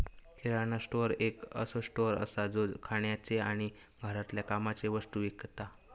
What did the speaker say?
किराणा store एक असो store असा जो खाण्याचे आणि घरातल्या कामाचे वस्तु विकता